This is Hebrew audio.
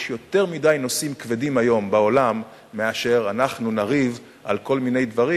יש יותר מדי נושאים כבדים היום בעולם מכדי שנריב על כל מיני דברים,